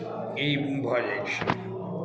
ई भऽ जाइत छै